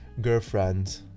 girlfriend